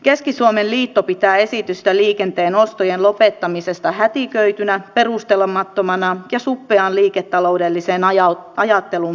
keski suomen liitto pitää esitystä liikenteen ostojen lopettamisesta hätiköitynä perustelemattomana ja suppeaan liiketaloudelliseen ajatteluun pohjautuvana